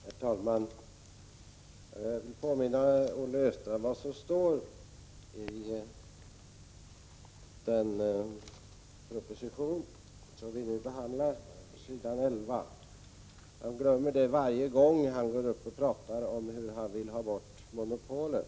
Herr talman! Jag vill påminna Olle Östrand om vad som står i den proposition som vi nu behandlar. Han glömmer det varje gång han går upp och talar om att han vill ha bort monopolet.